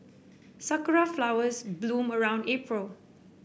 sakura flowers bloom around April